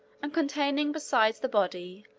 and containing, besides the body,